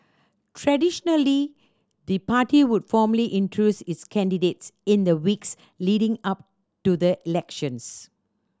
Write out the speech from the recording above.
traditionally the party would formally introduce its candidates in the weeks leading up to the elections